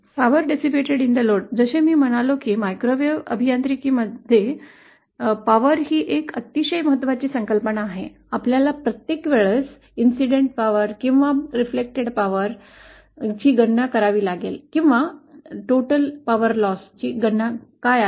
लोडवर अपव्यय केलेली शक्ती जसे मी म्हणालो मायक्रोवेव्ह अभियांत्रिकीमध्ये शक्ती ही एक अतिशय महत्वाची संकल्पना आहे आपल्याला प्रत्येक वेळस घटना पॉवर किंवा परावर्तित पॉवर ची गणना करावी लागेल किंवा नेट पॉवर लॉस ची गणना काय आहे